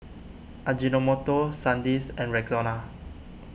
Ajinomoto Sandisk and Rexona